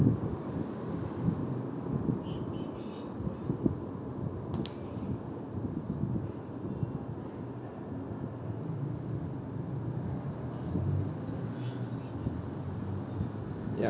ya